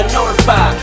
notify